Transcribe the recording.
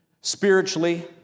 spiritually